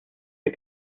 der